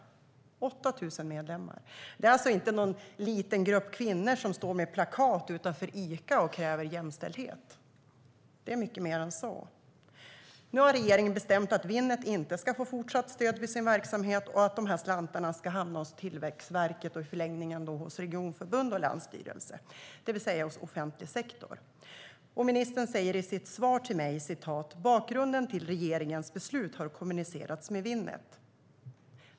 Det är alltså inte någon liten grupp kvinnor som står med plakat utanför Ica och kräver jämställdhet. Det är mycket mer än så. Nu har regeringen bestämt att Winnet inte ska få fortsatt stöd för sin verksamhet och att dessa slantar ska hamna hos Tillväxtverket och i förlängningen hos regionförbund och länsstyrelser, det vill säga hos offentlig sektor. Ministern säger i sitt svar till mig: "Bakgrunden till regeringens beslut har kommunicerats med Winnet."